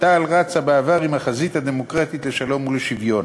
תע"ל רצה בעבר עם החזית הדמוקרטית לשלום ולשוויון,